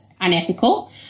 unethical